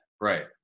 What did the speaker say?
Right